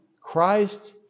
Christ